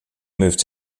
moved